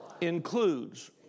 includes